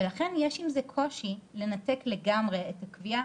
ולכן יש עם זה קושי, לנתק לגמרי, את הקביעה,